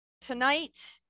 tonight